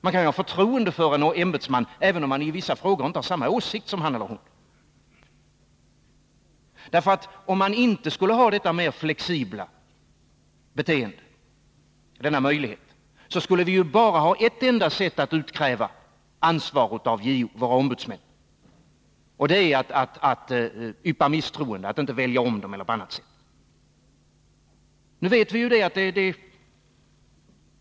Man kan ju ha förtroende för en ämbetsman även om man i vissa frågor inte har samma åsikt som han eller hon. Om vi inte skulle ha denna möjlighet, tillåta oss detta mer flexibla beteende, skulle vi bara ha ett enda sätt att utkräva ansvar av våra ombudsmän. Det vore att visa misstroende genom att t.ex. inte välja om dem.